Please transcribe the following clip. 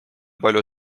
palju